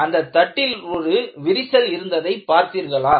அந்தத் தட்டில் ஒரு விரிசல் இருந்ததை பார்த்தீர்களா